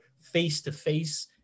face-to-face